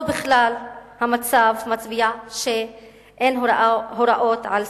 בכלל המצב מצביע שאין הוראות על סנקציות.